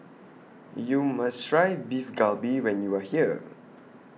YOU must Try Beef Galbi when YOU Are here